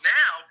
now